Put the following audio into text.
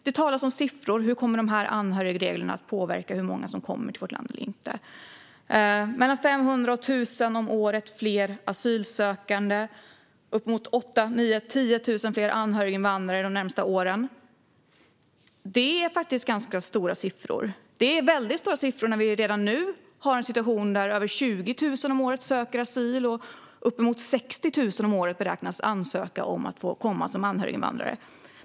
Det talas om siffror, om hur anhörigreglerna kommer att påverka hur många som kommer till vårt land eller inte. Mellan 500 och 1 000 fler asylsökande om året och uppemot 10 000 fler anhöriginvandrare de närmaste åren är faktiskt ganska stora siffror. Det är väldigt stora siffror när vi redan nu har en situation där över 20 000 om året söker asyl, och uppemot 60 000 om året beräknas ansöka om att få komma som anhöriginvandrare.